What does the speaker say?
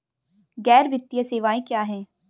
गैर वित्तीय सेवाएं क्या हैं?